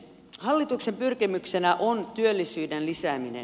hallituksen pyrkimyksenä on työllisyyden lisääminen